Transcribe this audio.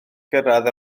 gyrraedd